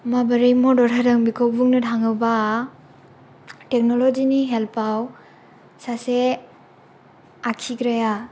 माबोरै मदद होदों बेखौ बुंनो थाङोब्ला टेक्न'लजि नि हेल्प आव सासे आखिग्राया